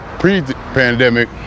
Pre-pandemic